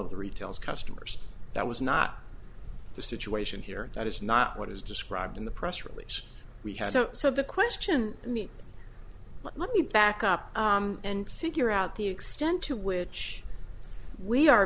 of the retail customers that was not the situation here that is not what is described in the press release we have so the question for me let me back up and figure out the extent to which we are